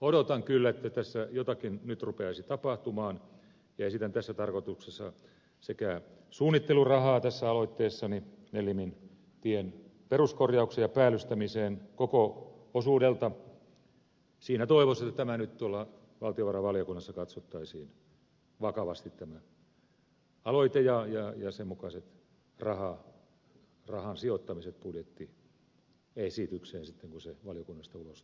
odotan kyllä että tässä jotakin nyt rupeaisi tapahtumaan ja esitän tässä tarkoituksessa aloitteessani suunnittelurahaa nellimin tien peruskorjaukseen ja päällystämiseen koko osuudelta siinä toivossa että tämä aloite nyt tuolla valtiovarainvaliokunnassa katsottaisiin vakavasti ja sen mukaiset rahan sijoittamiset budjettiesitykseen sitten kun se valiokunnasta ulos tulee